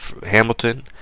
Hamilton